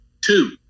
Two